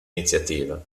iniziativa